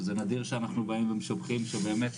שזה נדיר שאנחנו באים ומשבחים שבאמת